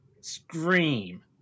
scream